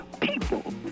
people